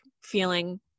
feeling